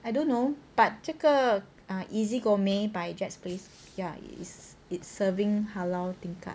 I don't know but 这个 uh easy gourmet by jack's place ya it is it's serving halal tingkat